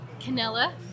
Canella